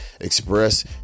express